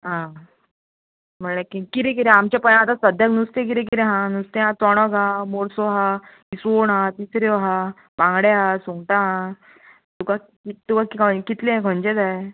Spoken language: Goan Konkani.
आं म्हणल्या किदें किदें आमचें पय आं सद्द्याक नुस्तें किदें किदें आसा नुस्तें आसा चोणक आहा मोडसो आहा इसवोण आहा तिसऱ्यो आहा बांगडे आहा सुंगटां आहा तुका किदें तुका कितलें खंयचें जाय